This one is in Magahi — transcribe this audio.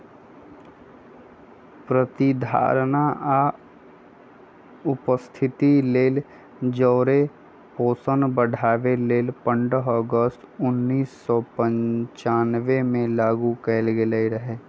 प्रतिधारणा आ उपस्थिति लेल जौरे पोषण बढ़ाबे लेल पंडह अगस्त उनइस सौ पञ्चानबेमें लागू कएल गेल रहै